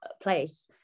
place